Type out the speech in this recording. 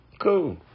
cool